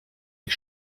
ich